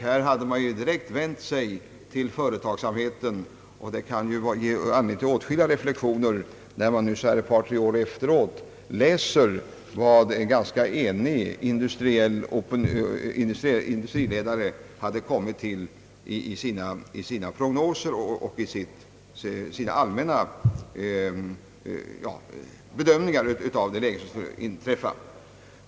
Man hade direkt vänt sig till företagsamheten, och det kan ge anledning till åtskilliga reflexioner när man nu ett par, tre år efteråt läser vad gans ka eniga industriledare hade kommit till i sina prognoser, sina allmänna bedömningar av det läge som väntades inträffa.